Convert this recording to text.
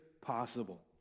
possible